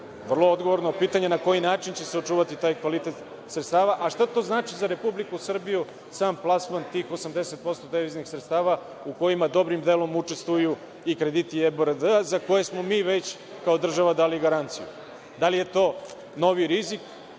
vrlo odgovorno pitanje na koji način će se očuvati taj kvalitet sredstava. Šta to znači za Republiku Srbiju, taj sam plasman tih 80% deviznih sredstava, u kojima dobrim delom učestvuju i krediti IBRD za koje smo mi već kao država dali garanciju? Da li je to novi rizik